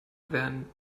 während